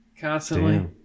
constantly